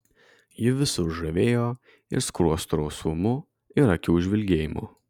ji visus žavėjo ir skruostų rausvumu ir akių žvilgėjimu